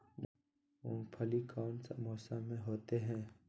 मूंगफली कौन सा मौसम में होते हैं?